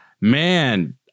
Man